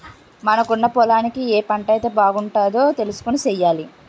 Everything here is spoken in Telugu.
మనకున్న పొలానికి ఏ పంటైతే బాగుంటదో తెలుసుకొని సెయ్యాలి